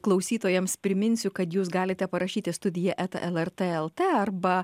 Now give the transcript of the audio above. klausytojams priminsiu kad jūs galite parašyti studija eta lrt lt arba